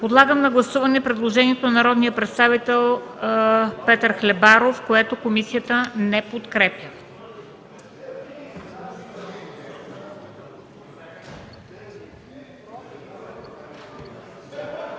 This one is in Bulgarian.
Подлагам на гласуване предложението на народния представител Петър Хлебаров, което комисията не подкрепя.